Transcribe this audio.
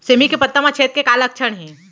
सेमी के पत्ता म छेद के का लक्षण हे?